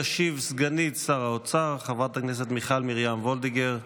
תשיב סגנית שר האוצר חברת הכנסת מיכל מרים וולדיגר.